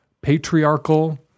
patriarchal